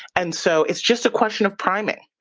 and so it's just a question of priming,